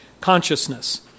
consciousness